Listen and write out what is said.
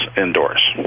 indoors